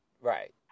Right